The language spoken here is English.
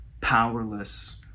powerless